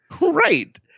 Right